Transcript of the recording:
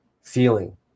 feeling